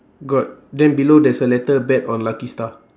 got then below there's a letter bet on lucky star